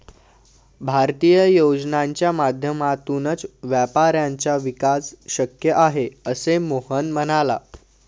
भारतीय योजनांच्या माध्यमातूनच व्यापाऱ्यांचा विकास शक्य आहे, असे मोहन म्हणाला